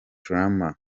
rama